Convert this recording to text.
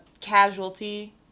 casualty